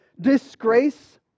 disgrace